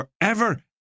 forever